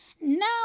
Now